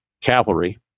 Cavalry